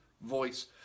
voice